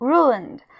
Ruined